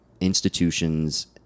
institutions